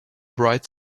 bright